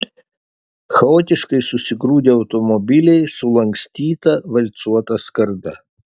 chaotiškai susigrūdę automobiliai sulankstyta valcuota skarda